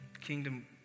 Kingdom